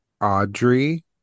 Audrey